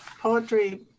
poetry